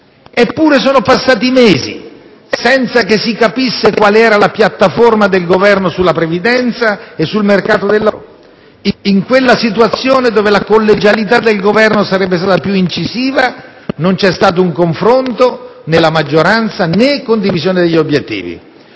Eppure sono passati mesi senza che si capisse qual era la piattaforma del Governo sulla previdenza e sul mercato del lavoro. In quella situazione, dove la collegialità del Governo sarebbe stata più incisiva, non c'è stato un confronto nella maggioranza, né condivisione degli obiettivi.